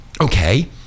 Okay